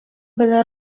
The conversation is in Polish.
byle